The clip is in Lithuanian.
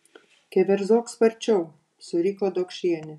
keverzok sparčiau suriko dokšienė